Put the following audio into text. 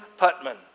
Putman